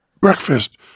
breakfast